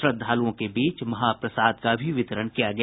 श्रद्धालुओं के बीच महा प्रसाद का भी वितरण किया गया